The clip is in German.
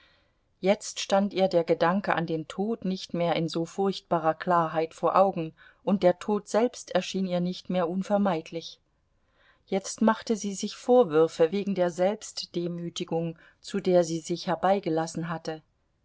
jetzt stand ihr der gedanke an den tod nicht mehr in so furchtbarer klarheit vor augen und der tod selbst erschien ihr nicht mehr unvermeidlich jetzt machte sie sich vorwürfe wegen der selbstdemütigung zu der sie sich herbeigelassen hatte